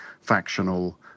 factional